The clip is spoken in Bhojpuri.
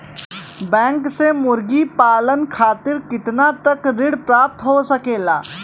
बैंक से मुर्गी पालन खातिर कितना तक ऋण प्राप्त हो सकेला?